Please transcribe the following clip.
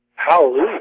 Hallelujah